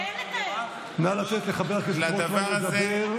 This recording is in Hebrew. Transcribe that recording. נא לתת לחבר הכנסת רוטמן לדבר.